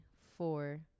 four